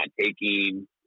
taking